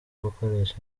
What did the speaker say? gukoresha